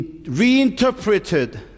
reinterpreted